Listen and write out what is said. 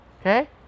okay